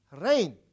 rain